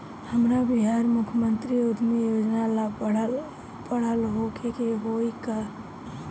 हमरा बिहार मुख्यमंत्री उद्यमी योजना ला पढ़ल होखे के होई का?